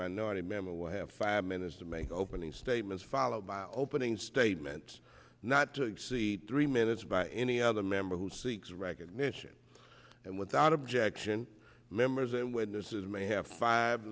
minority member will have five minutes to make opening statements followed by opening statements not to exceed three minutes by any other member who seeks recognition and without objection members and when this is may have five